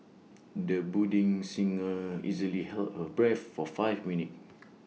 the budding singer easily held her breath for five minutes